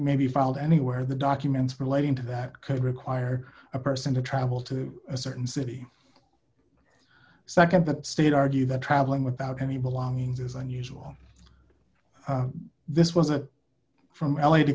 may be found anywhere the documents relating to that could require a person to travel to a certain city nd that state argue that travelling without any belongings is unusual this was it from l a to